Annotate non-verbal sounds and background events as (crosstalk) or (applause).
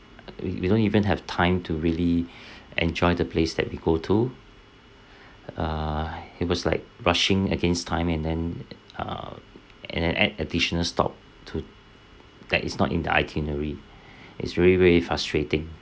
we we don't even have time to really (breath) enjoy the place that we go to err he was like rushing against time and then uh and then add additional stop to that is not in the itinerary it's really very frustrating